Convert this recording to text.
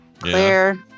Clear